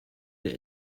the